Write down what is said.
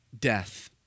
death